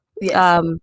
Yes